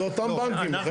זה אותם בנקים.